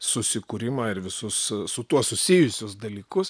susikūrimą ir visus su tuo susijusius dalykus